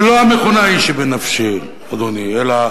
לא המכונה היא שבנפשי, אדוני, אלא